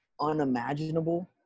unimaginable